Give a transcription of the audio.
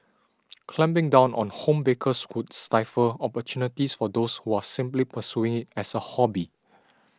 clamping down on home bakers would stifle opportunities for those who are simply pursuing as a hobby